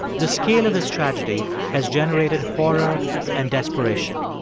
the scale of this tragedy has generated horror and desperation.